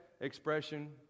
expression